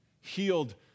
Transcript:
healed